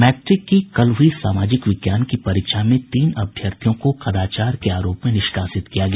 matric की कल हुई सामाजिक विज्ञान की परीक्षा में तीन अभ्यर्थियों को कदाचार के आरोप में निष्कासित किया गया